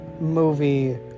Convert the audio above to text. movie